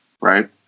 right